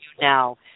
now